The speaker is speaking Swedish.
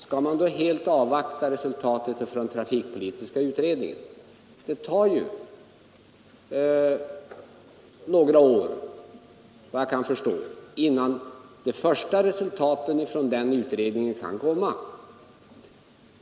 Skall man helt avvakta resultaten från trafikpolitiska utredningen? Det tar ändå några år, vad jag kan förstå, innan de första resultaten från den utredningen kan föreligga.